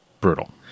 Brutal